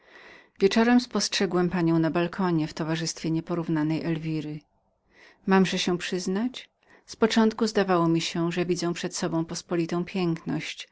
wieczorem spostrzegłem panią na balkonie w towarzystwie nieporównanej elwiry mamże się przyznać z początku zdawało mi się że widzę przed sobą pospolitą piękność